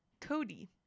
Cody